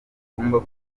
mugomba